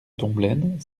tomblaine